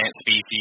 species